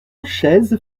chaises